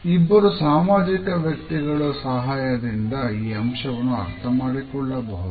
ಇಬ್ಬರು ಸಾಮಾಜಿಕ ವ್ಯಕ್ತಿಗಳು ಸಹಾಯದಿಂದ ಈ ಅಂಶವನ್ನು ಅರ್ಥಮಾಡಿಕೊಳ್ಳಬಹುದು